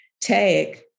TAG